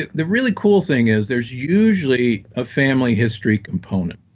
ah the really cool thing is, there's usually a family history component.